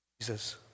Jesus